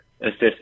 assist